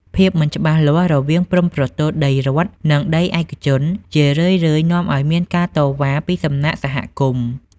ភាពមិនច្បាស់លាស់រវាងព្រំប្រទល់ដីរដ្ឋ និងដីឯកជន ជារឿយៗនាំឱ្យមានការតវ៉ាពីសំណាក់សហគមន៍។